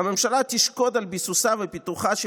"הממשלה תשקוד על ביסוסה ופיתוחה של